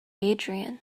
adrian